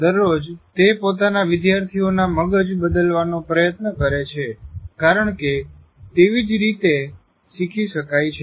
દરરોજ તે પોતાના વિદ્યાર્થીઓના મગજ બદલવાનો પ્રયત્ન કરે છે કારણ કે તેવી જ રીતે શીખી શકાય છે